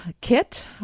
kit